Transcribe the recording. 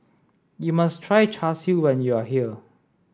you must try Char Siu when you are here